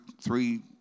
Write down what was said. three